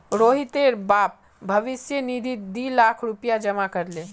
रोहितेर बाप भविष्य निधित दी लाख रुपया जमा कर ले